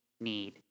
need